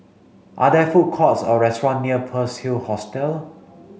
are there food courts or restaurants near Pearl's Hill Hostel